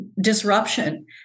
disruption